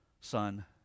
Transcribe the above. Son